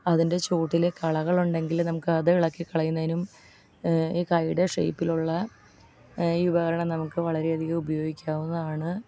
അതിൻ്റെ ചോട്ടിൽ കളകളുണ്ടെങ്കിൽ നമുക്ക് അതിളക്കി കളയുന്നതിനും ഈ കയ്യുടെ ഷേപ്പിലുള്ള ഈ ഉപകരണം നമുക്ക് വളരെയധികം ഉപയോഗിക്കാവുന്നതാണ്